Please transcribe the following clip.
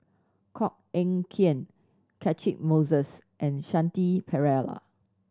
Koh Eng Kian Catchick Moses and Shanti Pereira